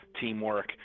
teamwork